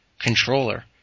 controller